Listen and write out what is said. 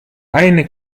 eine